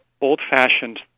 old-fashioned